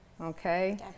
okay